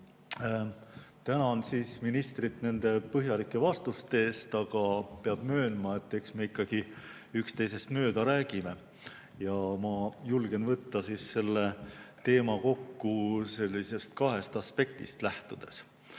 Tänan ministrit nende põhjalike vastuste eest, aga peab möönma, et eks me ikkagi üksteisest mööda räägime. Ma julgen võtta selle teema kokku kahest aspektist lähtudes.